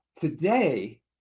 today